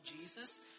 Jesus